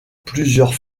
plusieurs